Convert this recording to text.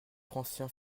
français